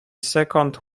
second